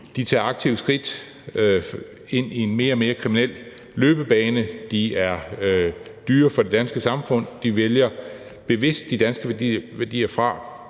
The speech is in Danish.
De tager aktive skridt ind på en mere og mere kriminel løbebane, de er dyre for det danske samfund, og de vælger bevidst de danske værdier fra.